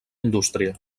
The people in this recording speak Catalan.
indústria